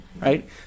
Right